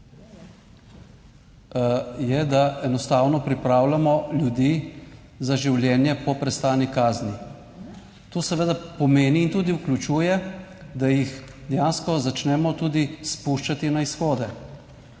je, da enostavno pripravljamo ljudi za življenje po prestani kazni. To seveda pomeni in tudi vključuje, da jih dejansko začnemo tudi spuščati na izhode.